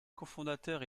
cofondateurs